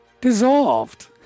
dissolved